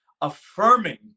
affirming